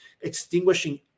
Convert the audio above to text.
extinguishing